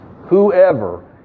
whoever